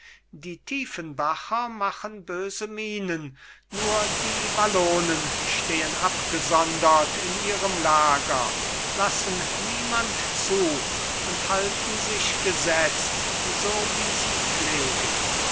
die tiefenbacher machen böse mienen nur die wallonen stehen abgesondert in ihrem lager lassen niemand zu und halten sich gesetzt so wie sie pflegen